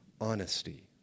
honesty